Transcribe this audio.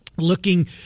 Looking